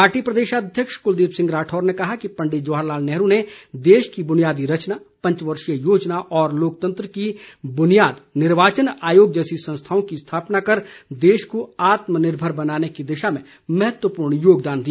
party प्रदेशाध्यक्ष कुलदीप सिंह राठौर ने कहा कि पंडित जवाहर लाल नेहरू ने देश की बुनियादी रचना पंचवर्षीय योजना और लोकतंत्र की बुनियाद निर्वाचन आयोग जैसी संस्थाओं की स्थापना कर देश को आत्मनिर्भर बनाने की दिशा में महत्वपूर्ण योगदान दिया